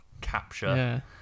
Capture